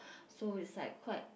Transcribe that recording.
so is like quite